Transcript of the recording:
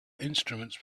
instruments